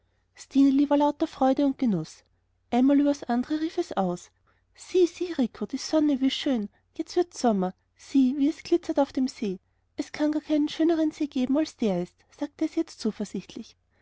lauter freude und genuß ein mal über das andere rief es aus sieh sieh rico die sonne wie schön jetzt wird's sommer sieh wie es glitzert auf dem see es kann gar keinen schöneren see geben als der ist sagte es jetzt zuversichtlich